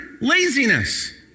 laziness